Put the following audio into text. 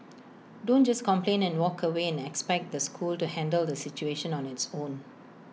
don't just complain and walk away and expect the school to handle the situation on its own